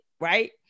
Right